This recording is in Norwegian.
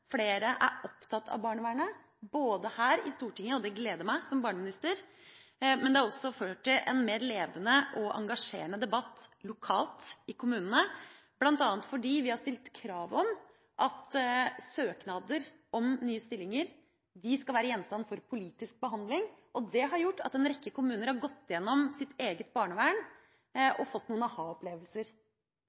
Flere er opptatt av barnevernet, både her i Stortinget – som barneminister gleder det meg – og det har ført til en mer levende og engasjerende debatt lokalt i kommunene, bl.a. fordi vi har stilt krav om at søknader om nye stillinger skal være gjenstand for politisk behandling. Det har gjort at en rekke kommuner har gått igjennom sitt eget barnevern og fått noen